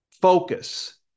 focus